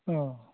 अ